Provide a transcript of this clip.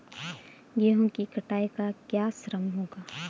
गेहूँ की कटाई का क्या श्रम होगा?